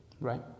right